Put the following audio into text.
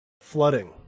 Flooding